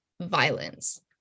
violence